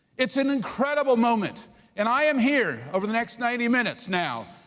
it's an incredible moment and i am here, over the next ninety minutes now,